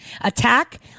attack